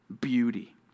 beauty